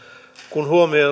kun huomioon